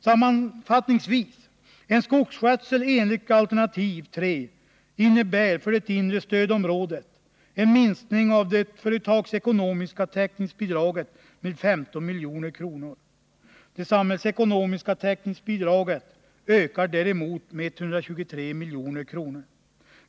Sammanfattningsvis: En skogsskötsel enligt alternativ 3 skulle för det inre stödområdet innebära en minskning av det företagsekonomiska täckningsbidraget med 15 milj.kr. Det samhällsekonomiska täckningsbidraget skulle däremot öka med 123 milj.kr.